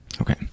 Okay